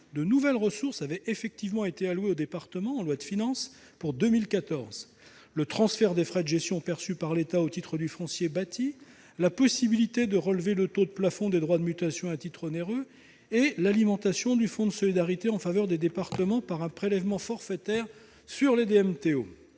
de nouvelles ressources avaient effectivement été allouées aux départements par la loi de finances initiale pour 2014 : le transfert des frais de gestion perçus par l'État au titre du foncier bâti ; la possibilité de relever le taux plafond des droits de mutation à titre onéreux (DMTO) ; l'alimentation du fonds de solidarité en faveur des départements par un prélèvement forfaitaire sur les DMTO.